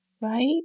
Right